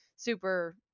super